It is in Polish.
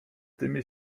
tymi